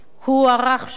הוא הוארך שם,